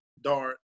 dart